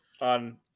on